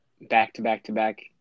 back-to-back-to-back –